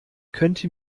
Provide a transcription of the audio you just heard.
könnte